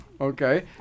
Okay